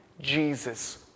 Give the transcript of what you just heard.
Jesus